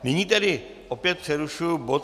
Nyní tedy opět přerušuji bod 31.